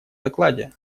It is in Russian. докладе